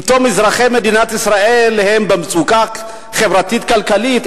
פתאום אזרחי מדינת ישראל במצוקה חברתית וכלכלית?